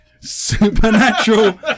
supernatural